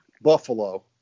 Buffalo